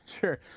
sure